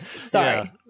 Sorry